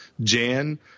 Jan